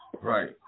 Right